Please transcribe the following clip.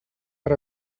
per